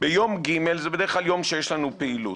ביום ג', זה בדרך כלל יום שיש לנו פעילות,